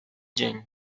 dzień